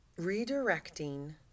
Redirecting